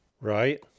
Right